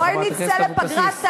בואי נצא לפגרה,